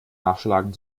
nachschlagen